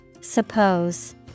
suppose